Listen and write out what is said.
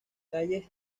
calles